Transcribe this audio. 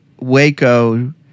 Waco